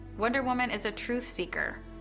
wonder woman is a truth seeker.